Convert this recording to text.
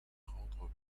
rendre